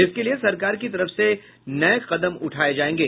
इसके लिए सरकार की तरफ से नये कदम उठाये जायेंगे